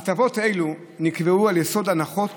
הטבות אלה נקבעו על יסוד הנחות